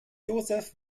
josef